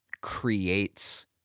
creates